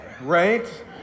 right